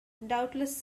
doubtless